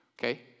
Okay